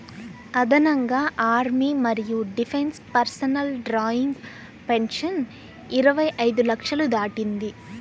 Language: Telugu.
అదనంగా ఆర్మీ మరియు డిఫెన్స్ పర్సనల్ డ్రాయింగ్ పెన్షన్ ఇరవై ఐదు లక్షలు దాటింది